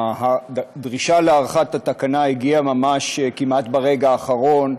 הדרישה להארכת התקנה הגיעה כמעט ברגע האחרון,